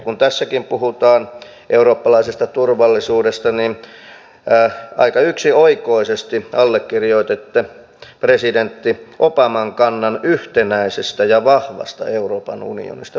kun tässäkin puhutaan eurooppalaisesta turvallisuudesta niin aika yksioikoisesti allekirjoititte presidentti obaman kannan yhtenäisestä ja vahvasta euroopan unionista